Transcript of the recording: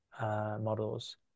models